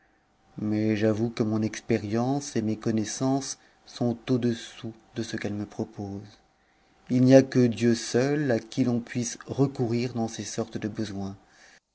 mais j'avoue que mon expérience et mes connaissances sont au-dessous de ce qu'elle me propose il n'y a que dieu seul à qui l'on puisse recourir dans ces sortes de besoins